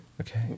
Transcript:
Okay